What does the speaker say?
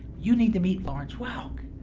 you need to meet lawrence welk.